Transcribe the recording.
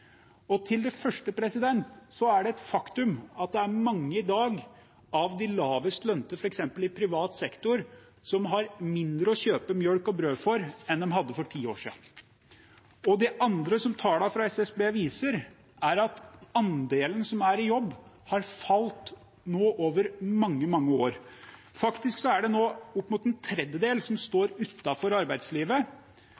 Til det første er det et faktum at det i dag er mange av de lavest lønte, f.eks. i privat sektor, som har mindre å kjøpe melk og brød for enn de hadde for ti år siden. Det andre tallene fra SSB viser, er at andelen som er i jobb, nå har falt over mange, mange år. Faktisk er det nå opp mot en tredjedel som